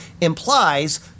implies